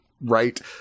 Right